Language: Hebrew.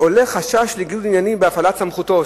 "עולה חשש לניגוד עניינים בהפעלת סמכותו".